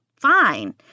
fine